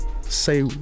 say